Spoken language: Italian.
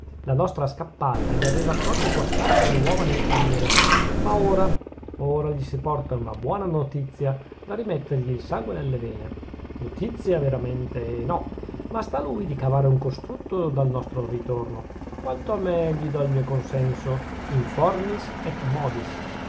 la nostra scappata gli aveva proprio guastate le uova nel paniere ma ora ora gli si porta una buona notizia da rimettergli il sangue nelle vene notizia veramente no ma sta a lui di cavare un costrutto dal nostro ritorno quanto a me gli dò il mio consenso in formis et modis